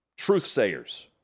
truthsayers